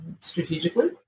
strategically